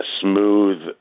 smooth